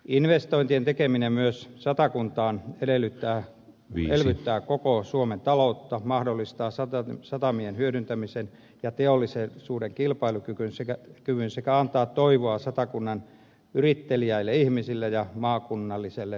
investointien tekeminen myös satakuntaan elvyttää koko suomen taloutta mahdollistaa satamien hyödyntämisen ja teollisuuden kilpailukyvyn sekä antaa toivoa satakunnan yritteliäille ihmisille ja maakunnalliselle elinvoimaisuudelle